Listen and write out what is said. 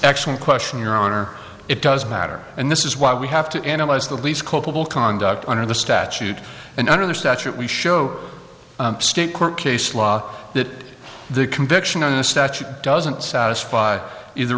actual question your honor it doesn't matter and this is why we have to analyze the least culpable conduct under the statute and under the statute we show state court case law that the conviction on a statute doesn't satisfy either